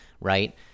Right